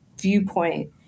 viewpoint